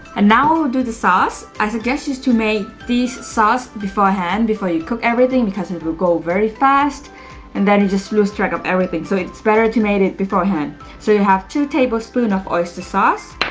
and now we'll do the sauce, i suggest you to make these sauce beforehand before you cook everything because it will go very fast and then you just lose track of everything so it's better to make it beforehand so you have two tablespoon of oyster sauce